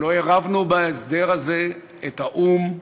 שלא עירבנו בהסדר הזה את האו"ם.